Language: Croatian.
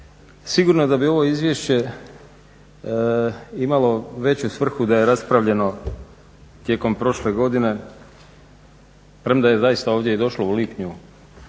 Sigurno je da bi ovo Izvješće imalo veću svrhu da je raspravljeno tijekom prošle godine, premda je ovdje zaista došlo u lipnju